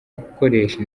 gukoresha